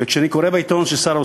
וכשאני קורא בעיתון ששר האוצר,